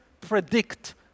predict